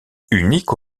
unique